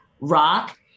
rock